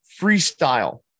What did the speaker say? freestyle